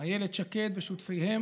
אילת שקד ושותפיהם,